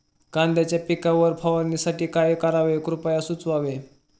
कांद्यांच्या पिकावर फवारणीसाठी काय करावे कृपया सुचवावे